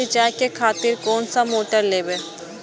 सीचाई करें खातिर कोन सा मोटर लेबे?